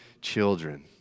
children